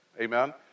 Amen